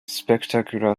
spectacular